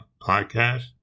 podcast